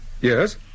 Yes